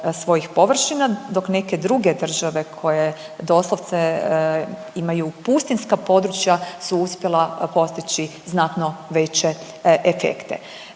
svojih površina dok neke druge države koje doslovce imaju pustinjska područja su uspjela postići znatno veće efekte.